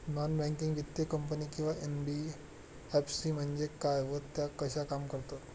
Non banking वित्तीय company किंवा NBFC म्हणजे काय व त्या कशा काम करतात?